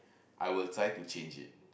I will try to change it